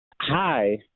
Hi